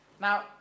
Now